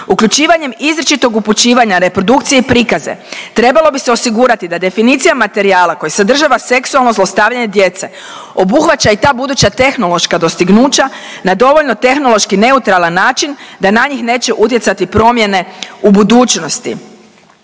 Uključivanjem izričitog upućivanja reprodukcije i prikaze trebalo bi se osigurati da definicija materijala koji sadržava seksualno zlostavljanje djece obuhvaća i ta buduća tehnološka dostignuća na dovoljno tehnološki neutralan način da na njih neće utjecati promjene u budućnosti.